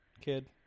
kid